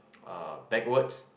uh backwards